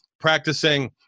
practicing